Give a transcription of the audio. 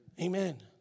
Amen